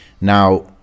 now